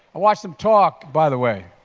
i watched him talk. by the way,